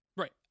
Right